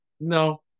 no